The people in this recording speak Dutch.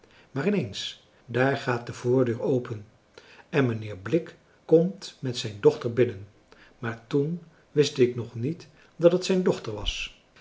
maar in eens daar gaat de voordeur françois haverschmidt familie en kennissen open en mijnheer blik komt met zijn dochter binnen maar toen wist ik nog niet dat het zijn dochter wàs